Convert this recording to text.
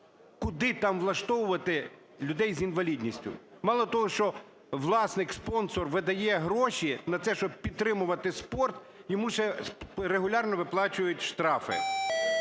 Куди там влаштовувати людей з інвалідністю? Мало того, що власник, спонсор видає гроші на це, щоб підтримувати спорт, йому ще регулярно виплачують штрафи!